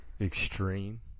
Extreme